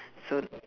so